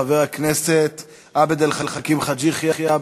חבר הכנסת עבד אל חכים חאג' יחיא,